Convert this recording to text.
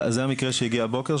זה המקרה שהגיע הבוקר?